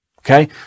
okay